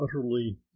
utterly